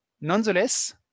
nonetheless